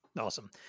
Awesome